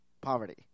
poverty